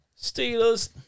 Steelers